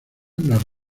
las